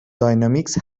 داینامیکس